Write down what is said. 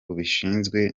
bubishinzwe